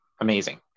amazing